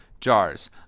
jars